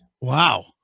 Wow